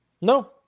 No